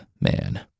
man